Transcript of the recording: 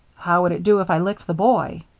how would it do if i licked the boy?